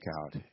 out